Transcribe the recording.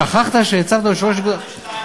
שכחת שהצבת אותו ב-3 נקודה, קיבלת ב-2.9.